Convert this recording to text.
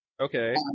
Okay